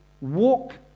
walk